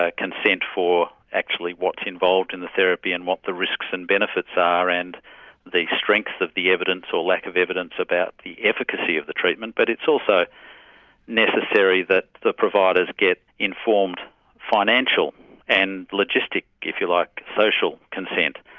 ah consent for actually what's involved in the therapy and what the risks and benefits are, and the strength of the evidence or lack of evidence about the efficacy of the treatment, but it's also necessary that the providers get informed financial and logistic, if you like, social consent,